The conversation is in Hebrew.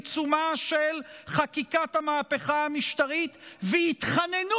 בעיצומה של חקיקת המהפכה המשטרית והתחננו